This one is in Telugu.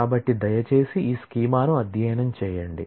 కాబట్టి దయచేసి ఈ స్కీమాను అధ్యయనం చేయండి